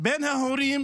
בין ההורים